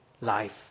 life